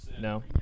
No